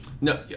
No